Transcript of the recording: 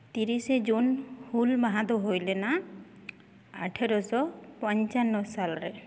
ᱛᱤᱨᱤᱥᱮ ᱡᱩᱱ ᱦᱩᱞ ᱢᱟᱦᱟ ᱫᱚ ᱦᱩᱭ ᱞᱮᱱᱟ ᱟᱴᱷᱚᱨᱚᱥᱚ ᱯᱚᱧᱪᱟᱱᱱᱚ ᱥᱟᱞᱨᱮ